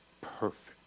perfect